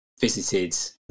visited